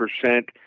percent